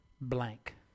blank